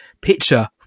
picture